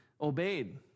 obeyed